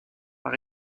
par